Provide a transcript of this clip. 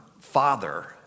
father